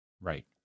Right